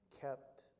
kept